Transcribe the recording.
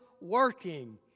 working